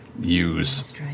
use